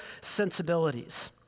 sensibilities